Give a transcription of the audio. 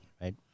right